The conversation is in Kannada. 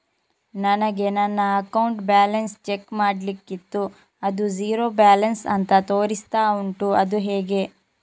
ನನಗೆ ನನ್ನ ಅಕೌಂಟ್ ಬ್ಯಾಲೆನ್ಸ್ ಚೆಕ್ ಮಾಡ್ಲಿಕ್ಕಿತ್ತು ಅದು ಝೀರೋ ಬ್ಯಾಲೆನ್ಸ್ ಅಂತ ತೋರಿಸ್ತಾ ಉಂಟು ಅದು ಹೇಗೆ?